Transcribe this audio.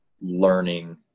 learning